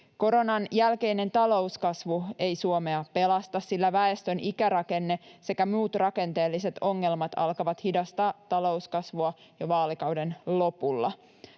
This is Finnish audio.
Koronan jälkeinen talouskasvu ei Suomea pelasta, sillä väestön ikärakenne sekä muut rakenteelliset ongelmat alkavat hidastaa talouskasvua jo vaalikauden lopulla.